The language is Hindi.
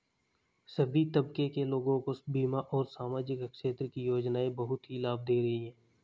सभी तबके के लोगों को बीमा और सामाजिक क्षेत्र की योजनाएं बहुत ही लाभ दे रही हैं